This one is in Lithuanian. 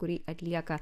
kurį atlieka